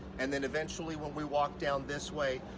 and then eventually when we walk down this way,